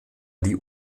die